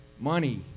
money